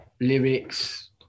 lyrics